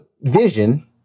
vision